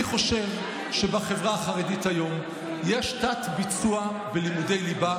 אני חושב שבחברה החרדית היום יש תת-ביצוע בלימודי ליבה.